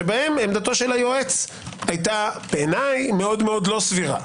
שבהם עמדת היועץ הייתה בעיניי מאוד לא סבירה,